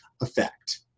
effect